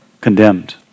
condemned